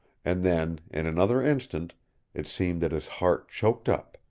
and then in another instant it seemed that his heart choked up,